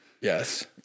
Yes